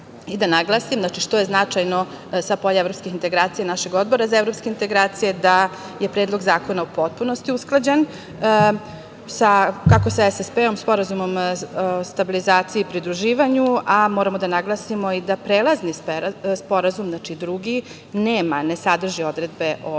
naglasim, što je značajno sa polja evropskih integracija, našeg Odbora za evropske integracije da je Predlog zakona u potpunosti usklađen sa, kako sa SSP, Sporazumom o stabilizaciji i pridruživanju, a moramo da naglasimo i da prelazni sporazum, znači drugi nema, ne sadrži odredbe o akreditaciji.